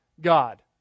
God